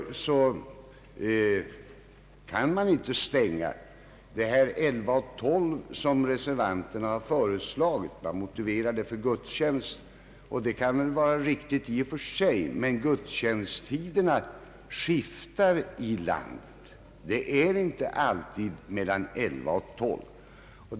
Vallokalerna kan därför inte stängas mellan klockan 11 och 12 som reservanterna föreslagit och motiverat med att det då är gudstjänsttid. Det kan vara riktigt i och för sig, men gudstjänsttiderna skiftar i landet. Gudstjänsten är inte alltid mellan klockan 11 och 12.